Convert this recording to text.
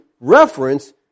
reference